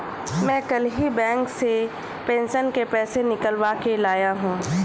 मैं कल ही बैंक से पेंशन के पैसे निकलवा के लाया हूँ